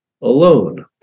alone